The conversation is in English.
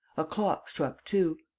a clock struck two.